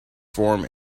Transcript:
form